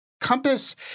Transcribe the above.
Compass